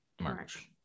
March